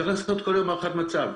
צריך לעשות כל יום הערכת מצב,